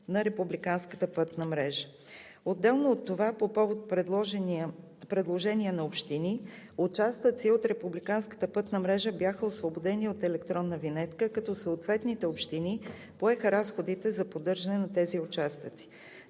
мрежа. Отделно от това, по повод предложения на общини, участъци от републиканската пътна мрежа бяха освободени от електронна винетка, като съответните общини поеха разходите за поддържане на тези участъци.